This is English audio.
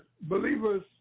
believers